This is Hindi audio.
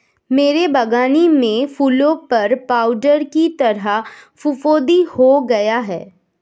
मेरे बगानी में फूलों पर पाउडर की तरह फुफुदी हो गया हैं